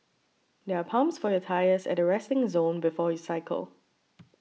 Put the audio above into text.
there are pumps for your tyres at the resting zone before you cycle